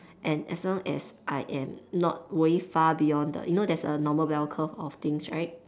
and as long as I am not way far beyond the you know there's a normal bell curve of things right